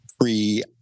free